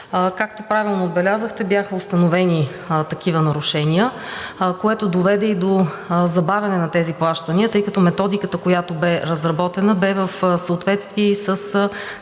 Както правилно отбелязахте, бяха установени такива нарушения, което доведе и до забавяне на тези плащания, тъй като методиката, която бе разработена, бе в съответствие и с намерените